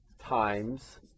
times